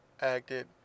acted